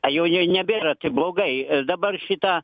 a jo jau nebėra tai blogai dabar šitą